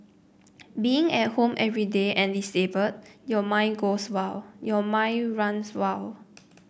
being at home every day and disabled your mind goes wild your mind runs wild